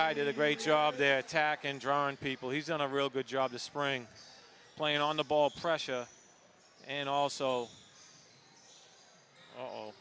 even did a great job their attack and drawn people he's on a real good job this spring playing on the ball pressure and also